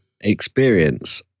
Experience